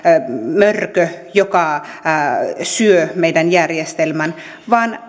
mörkö joka syö meidän järjestelmämme vaan